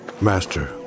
Master